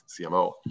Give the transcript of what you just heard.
CMO